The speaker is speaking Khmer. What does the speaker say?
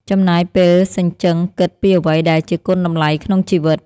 ចំណាយពេលសញ្ជឹងគិតពីអ្វីដែលជាគុណតម្លៃក្នុងជីវិត។